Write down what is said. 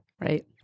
Right